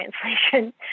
translation